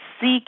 seek